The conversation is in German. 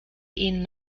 ihnen